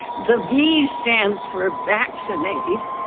the v stands for vaccinate,